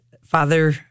Father